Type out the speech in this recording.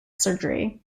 surgery